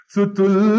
Sutul